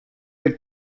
the